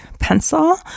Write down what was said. pencil